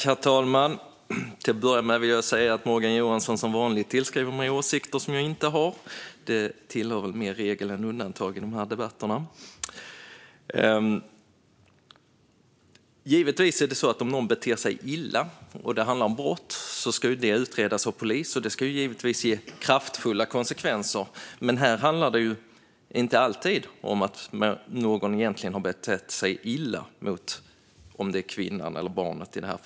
Herr talman! Till att börja med vill jag säga att Morgan Johansson som vanligt tillskriver mig åsikter som jag inte har, vilket är mer regel än undantag i dessa debatter. Om någon beter sig illa och det handlar om brott ska det givetvis utredas av polis, och det ska ge kraftfulla konsekvenser. Här handlar det dock inte alltid om att någon egentligen har betett sig illa mot i det här fallet kvinnan eller barnet.